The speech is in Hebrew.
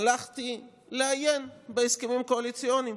הלכתי לעיין בהסכמים הקואליציוניים